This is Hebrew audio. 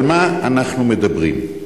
על מה אנחנו מדברים?